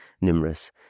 numerous